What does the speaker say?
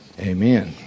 Amen